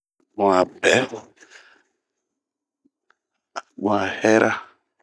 Bunh a bɛɛ, bun a hɛɛra.